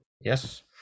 Yes